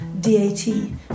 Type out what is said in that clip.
D-A-T